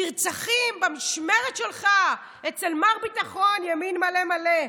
נרצחים, במשמרת שלך, אצל מר ביטחון, ימין מלא מלא.